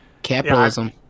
Capitalism